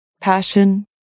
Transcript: Passion